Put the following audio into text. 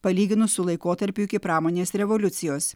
palyginus su laikotarpiu iki pramonės revoliucijos